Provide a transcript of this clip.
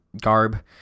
garb